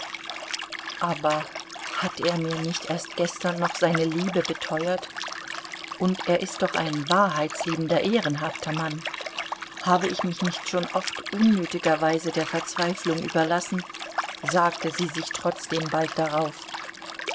aber hat er mir nicht erst gestern noch seine liebe beteuert und er ist doch ein wahrheitsliebender ehrenhafter mann habe ich mich nicht schon oft unnötigerweise der verzweiflung überlassen sagte sie sich trotzdem bald darauf